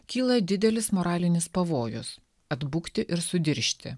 kyla didelis moralinis pavojus atbukti ir sudiržti